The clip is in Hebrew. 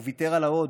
הוא ויתר על ההוד,